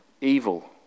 evil